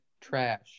Trash